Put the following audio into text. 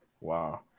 wow